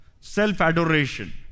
self-adoration